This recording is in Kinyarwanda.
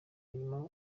nyuma